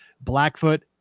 Blackfoot